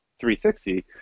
360